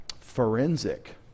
forensic